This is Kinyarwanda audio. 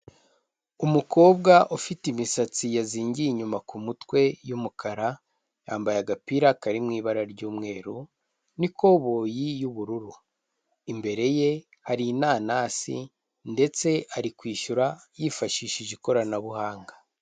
Umukobwa ufite imisatsi yazingiye inyuma ku mutwe y'umukara, yambaye agapira kari mu ibara ry'umweru n'ikoboyi y'ubururu, imbere ye hari Inanasi ndetse ari kwishyura yifashishije ikoranabuhanga.